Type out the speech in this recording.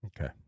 Okay